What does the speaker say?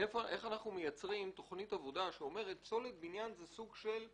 איך אנחנו מייצרים תכנית עבודה שאומרת שפסולת בניין היא סוג של נכס,